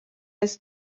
eest